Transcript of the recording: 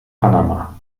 panama